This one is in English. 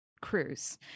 cruise